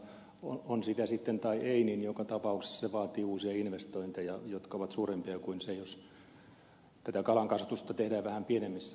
mutta on sitä sitten tai ei niin joka tapauksessa se vaatii uusia investointeja jotka ovat suurempia kuin se jos tätä kalankasvatusta tehdään vähän pienemmissä mittakaavoissa